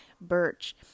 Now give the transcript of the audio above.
birch